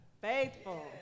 Faithful